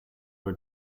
were